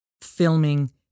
filming